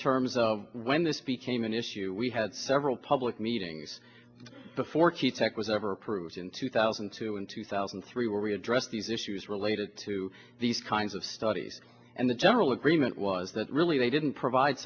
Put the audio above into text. terms of when this became an issue we had several public meetings before key tech was ever approved in two thousand and two in two thousand and three where we addressed these issues related to these kinds of studies and the general agreement was that really they didn't provide